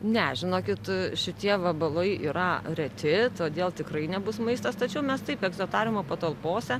ne žinokit šitie vabalai yra reti todėl tikrai nebus maistas tačiau mes taip egzotariumo patalpose